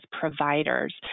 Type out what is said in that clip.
providers